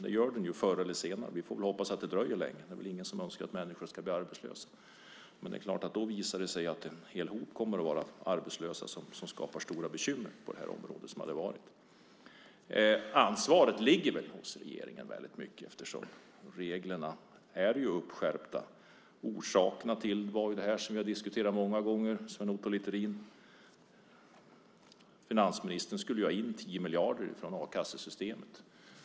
Det gör den ju förr eller senare. Vi får hoppas att det dröjer länge. Ingen önskar att människor ska bli arbetslösa. Då kommer det att visa sig att en hel hop är arbetslösa och skapar stora bekymmer på det här området. Ansvaret ligger väl mycket hos regeringen eftersom reglerna ju är skärpta. Orsakerna var det som vi har diskuterat många gånger. Finansministern skulle ju ha in 10 miljarder från a-kassesystemet.